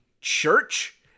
church